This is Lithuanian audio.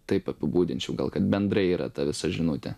taip apibūdinčiau gal kad bendrai yra ta visa žinutė